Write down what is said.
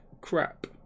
crap